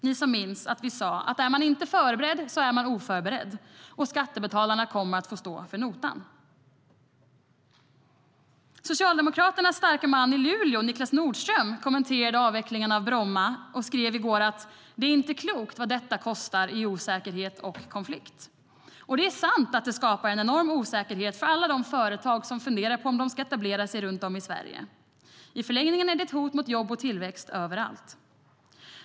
Ni kanske minns att vi sa: Är man inte förberedd är man oförberedd, och skattebetalarna kommer att få stå för notan. Det är sant att det skapar en enorm osäkerhet för alla de företag som funderar på om de ska etablera sig runt om i Sverige. I förlängningen är det ett hot mot jobb och tillväxt överallt.